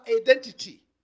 identity